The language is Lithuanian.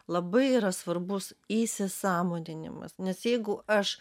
labai yra svarbus įsisąmoninimas nes jeigu aš